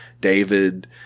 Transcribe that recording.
David